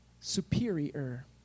superior